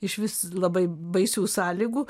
išvis labai baisių sąlygų